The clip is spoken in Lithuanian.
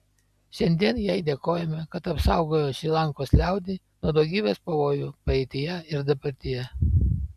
šiandien jai dėkojame kad apsaugojo šri lankos liaudį nuo daugybės pavojų praeityje ir dabartyje